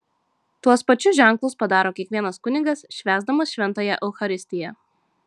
tuos pačius ženklus padaro kiekvienas kunigas švęsdamas šventąją eucharistiją